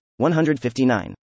159